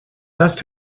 dust